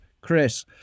chris